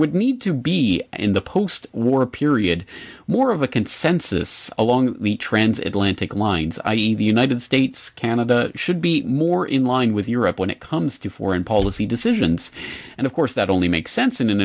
would need to be in the post war period more of a consensus along the transatlantic lines i e the united states canada should be more in line with europe when it comes to foreign policy decisions and of course that only makes sense in an